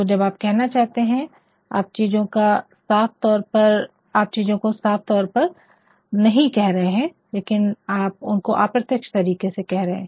तो जब आप कहना चाहते है आप चीज़ो को साफ़ तौर पर नहीं कह रहे है लेकिन आप उनको अप्रत्यक्ष तरीके से कह रहे है